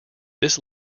this